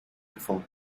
before